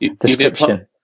description